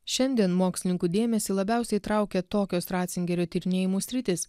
šiandien mokslininkų dėmesį labiausiai traukia tokios ratzingerio tyrinėjimų sritys